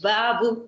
Babu